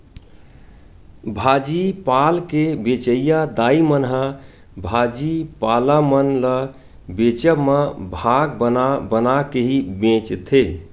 भाजी पाल के बेंचइया दाई मन ह भाजी पाला मन ल बेंचब म भाग बना बना के ही बेंचथे